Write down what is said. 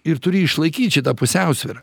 ir turi išlaikyt šitą pusiausvyrą